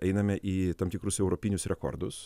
einame į tam tikrus europinius rekordus